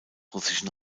russischen